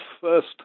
first